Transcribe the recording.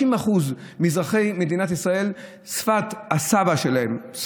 50% מאזרחי מדינת ישראל, שפת הסבא שלהם, תודה.